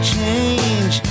change